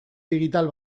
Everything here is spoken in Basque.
digital